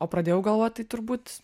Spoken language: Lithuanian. o pradėjau galvot tai turbūt